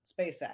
SpaceX